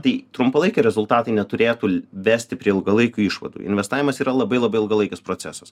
tai trumpalaikiai rezultatai neturėtų l vesti prie ilgalaikių išvadų investavimas yra labai labai ilgalaikis procesas